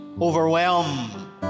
Overwhelm